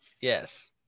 Yes